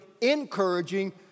encouraging